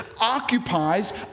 occupies